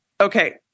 Okay